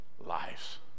lives